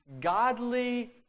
godly